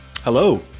Hello